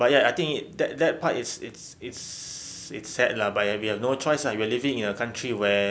but ya I think it that that part it's it's it's it's sad lah but we have no choice lah we are living in a country where